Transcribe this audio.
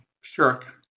shirk